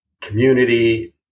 community